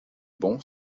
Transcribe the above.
bon